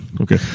Okay